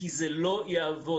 כי זה לא יעבוד.